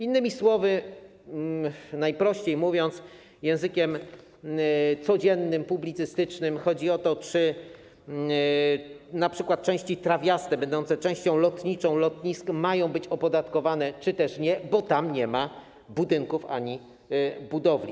Innymi słowy, mówiąc najprościej, językiem codziennym, publicystycznym, chodzi o to, czy np. części trawiaste będące częścią lotniczą lotnisk mają być opodatkowane, czy też nie, bo tam nie ma budynków ani budowli.